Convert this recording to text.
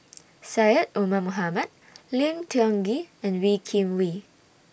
Syed Omar Mohamed Lim Tiong Ghee and Wee Kim Wee